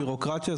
ביורוקרטיה,